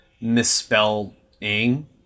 misspelling